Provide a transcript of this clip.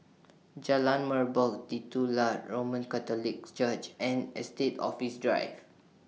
Jalan Merbok Titular Roman Catholic Church and Estate Office Drive